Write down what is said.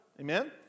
Amen